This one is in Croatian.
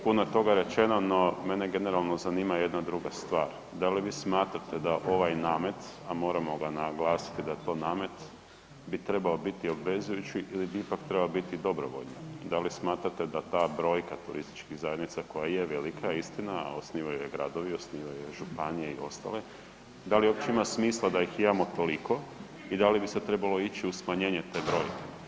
Puno je toga rečeno, no mene generalno zanima jedna druga stvar, da li vi smatrate da ovaj namet, a moramo ga naglasiti da je to namet bi trebao biti obvezujući ili bi ipak trebao biti dobrovoljni, da li smatrate da ta brojka turističkih zajednica koja je velika istina, a osnivaju je gradovi, osnivaju je županije i ostale da li uopće ima smisla da ih imamo toliko i da li bi se trebalo ići u smanjenje te brojke?